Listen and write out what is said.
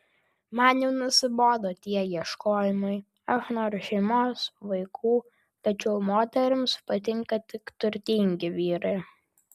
man jau nusibodo tie ieškojimai aš noriu šeimos vaikų tačiau moterims patinka tik turtingi vyrai